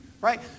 Right